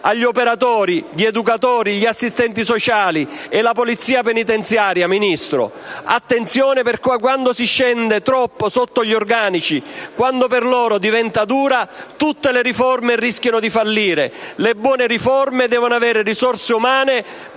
agli operatori, dagli educatori agli assistenti sociali e alla Polizia penitenziaria. Bisogna fare attenzione, perché, quando si scende troppo al di sotto degli organici, quando per loro diventa dura, tutte le riforme rischiano di fallire: le buone riforme devono avere risorse umane